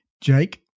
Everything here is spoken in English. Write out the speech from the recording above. Jake